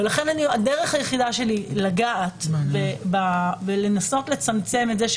ולכן הדרך היחידה שלי לנסות לצמצם את זה,